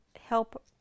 help